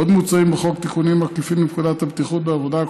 עוד מוצעים בחוק תיקונים עקיפים לפקודת הבטיחות בעבודה,